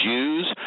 Jews